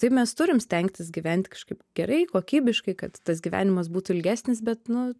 taip mes turim stengtis gyventi kažkaip gerai kokybiškai kad tas gyvenimas būtų ilgesnis bet nu